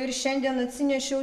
ir šiandien atsinešiau